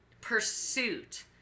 pursuit